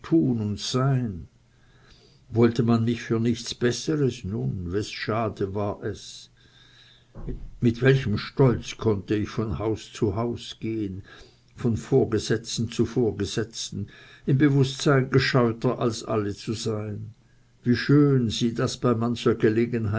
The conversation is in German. sein wollte man mich nichts besseres nun wessen schade war es mit welchem stolz konnte ich von haus zu haus gehen von vorgesetzten zu vorgesetzten im bewußtsein gescheuter als alle zu sein wie schön sie das bei mancher gelegenheit